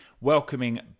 welcoming